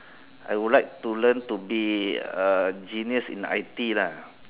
I would like to learn to be uh genius in I_T lah